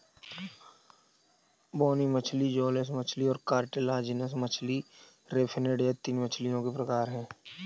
बोनी मछली जौलेस मछली और कार्टिलाजिनस मछली रे फिनेड यह तीन मछलियों के प्रकार है